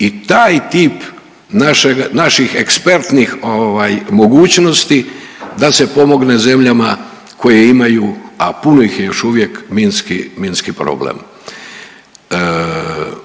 i taj tip naših ekspertnih mogućnosti, da se pomogne zemljama koje imaju, a puno ih je još uvijek minski problem.